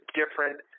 different